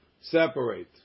separate